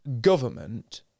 government